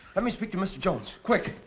let me speak to mr. jones, quick!